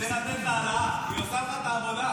צריך לתת לה העלאה, היא עושה לך את העבודה.